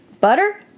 Butter